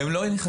הם לא נכנסים.